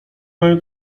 mają